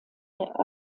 der